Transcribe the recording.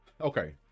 okay